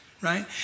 right